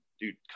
dude